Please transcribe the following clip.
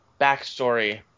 backstory